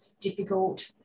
difficult